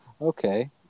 okay